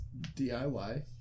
DIY